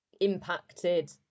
impacted